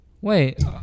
Wait